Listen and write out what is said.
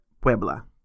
Puebla